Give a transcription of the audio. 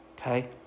okay